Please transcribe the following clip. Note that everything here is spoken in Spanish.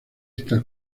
esta